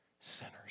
sinners